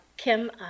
Kim